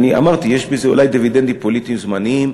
אני אמרתי: יש בזה אולי דיבידנדים פוליטיים זמניים.